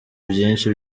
byinshi